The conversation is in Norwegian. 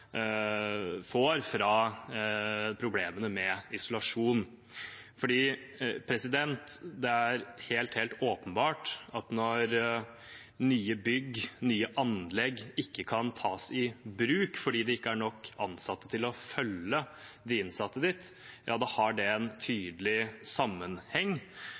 får fra problemene med isolasjon, for det er helt åpenbart at når nye bygg, nye anlegg, ikke kan tas i bruk fordi det ikke er nok ansatte til å følge de innsatte dit, har det en tydelig sammenheng.